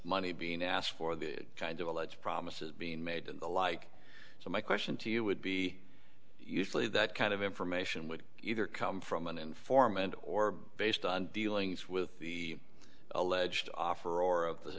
money being asked for the kind of alleged promises being made and the like so my question to you would be usually that kind of information would either come from an informant or based on dealings with the alleged offer or of the